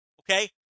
Okay